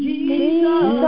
Jesus